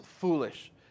foolish